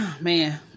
man